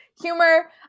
humor